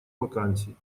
вакансий